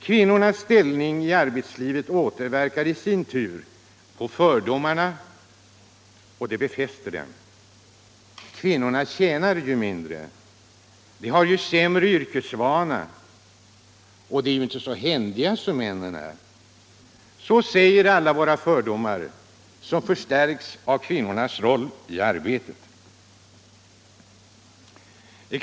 Kvinnornas ställning i arbetslivet befäster de fördomar som redan finns. Kvinnor tjänar ju mindre, de har ju sämre yrkesvana och de är ju inte så händiga som män — så säger många fördomar som förstärks av kvinnans roll i arbetslivet.